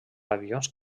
avions